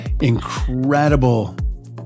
incredible